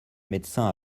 médecin